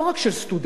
לא רק של סטודנטים,